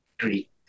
three